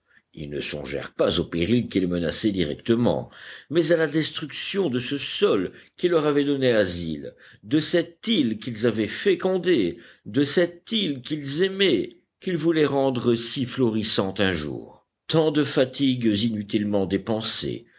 ils ne songèrent pas au péril qui les menaçait directement mais à la destruction de ce sol qui leur avait donné asile de cette île qu'ils avaient fécondée de cette île qu'ils aimaient qu'ils voulaient rendre si florissante un jour tant de fatigues inutilement dépensées